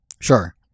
Sure